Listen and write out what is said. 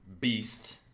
beast